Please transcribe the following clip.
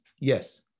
Yes